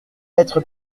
mettre